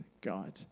God